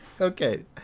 Okay